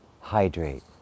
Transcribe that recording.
Hydrate